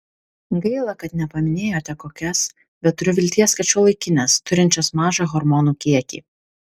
gaila kad nepaminėjote kokias bet turiu vilties kad šiuolaikines turinčias mažą hormonų kiekį